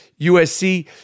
USC